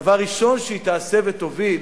דבר ראשון שהיא תעשה ותוביל